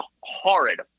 horrid